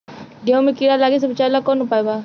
गेहूँ मे कीड़ा लागे से बचावेला कौन उपाय बा?